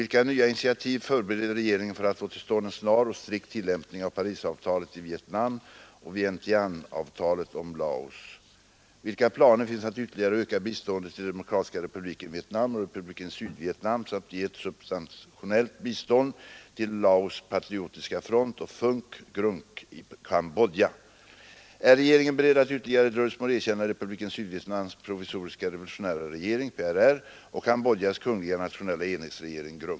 Vilka nya initiativ förbereder regeringen för att få till stånd en snar och strikt tillämpning av Parisavtalet om Vietnam och Vientianeavtalet om Laos? 2. Vilka planer finns att ytterligare öka biståndet till Demokratiska republiken Vietnam och Republiken Sydvietnam samt ge ett substantiellt bistånd till Laos” patriotiska front och FUNK-GRUNC i Cambodja? 3. Är regeringen beredd att utan ytterligare dröjsmål erkänna Republiken Sydvietnams provisoriska revolutionära regering och Cam bodjas kungliga nationella enhetsregering ?